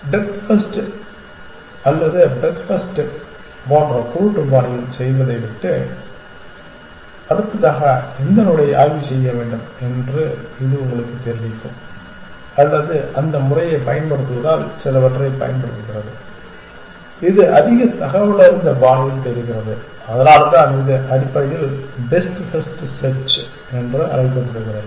depth first அல்லது breadth first போன்ற குருட்டு பாணியில் செய்வதை விட அடுத்ததாக எந்த நோடை ஆய்வு செய்ய வேண்டும் என்று இது உங்களுக்குத் தெரிவிக்கும் அல்லது அந்த முறையைப் பயன்படுத்துவதால் சிலவற்றைப் பயன்படுத்துகிறது இது அதிக தகவலறிந்த பாணியில் தேடுகிறது அதனால்தான் இது அடிப்படையில் பெஸ்ட் ஃபர்ஸ்ட் செர்ச் என்று அழைக்கப்படுகிறது